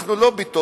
אנחנו לא בטוקיו,